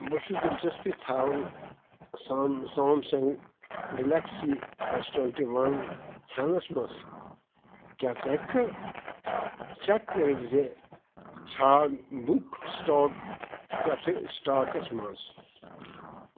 بہٕ چھُس دلچسپی تھاوان Samsung Galaxy S twenty one ہینس منٛز کیٛاہ ژٕ ہیٚککھا چیک کٔرِتھ زِ چھا بُک سِٹاک پٮ۪ٹھٕ سٹاکس منٛز